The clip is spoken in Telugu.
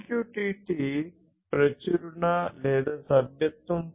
MQTT ప్రచురణ సభ్యత్వం